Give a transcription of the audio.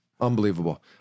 Unbelievable